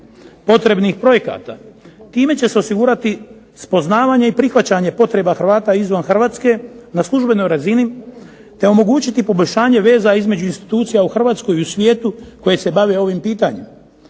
potrebnih projekta. Time će se osigurati spoznavanje i prihvaćanje potreba Hrvata izvan Hrvatske na službenoj razini, te omogućiti poboljšanje veza između institucija u HRvatskoj i svijetu koje se bave ovim pitanjem.